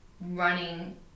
running